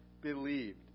believed